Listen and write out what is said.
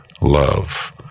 love